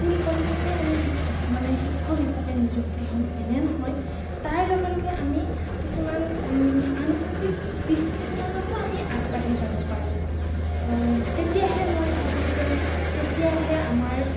school কলেজতে আমি শিক্ষক মানে শিক্ষক হিচাপে নিযুক্তি হ'ম এনে নহয় তাৰ লগে লগে আমি কিছুমান আনুষংগিক দিশ কিছুমানতো আমি আগবাঢ়ি যাব পাৰোঁ তেতিয়াহে মই ভাবোঁ যে তেতিয়াহে আমাৰ